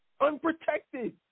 Unprotected